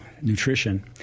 nutrition